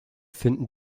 finden